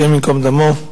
השם ייקום דמו.